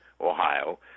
Ohio